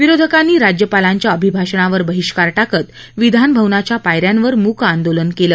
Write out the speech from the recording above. विरोधकांनी राज्यपालांच्या अभिभाषणावर बहिष्कार टाकत विधान भवनाच्या पायऱ्यांवर मूक आंदोलन केलं